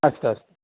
अस्तु अस्तु